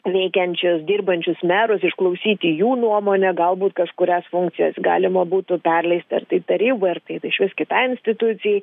veikiančius dirbančius merus išklausyti jų nuomonę galbūt kažkurias funkcijas galima būtų perleisti ar tai tarybai ar tai išvis kitai institucijai